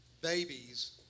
babies